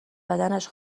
بدنش